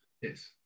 yes